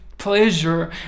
pleasure